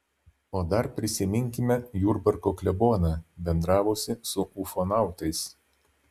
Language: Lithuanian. o dar prisiminkime jurbarko kleboną bendravusį su ufonautais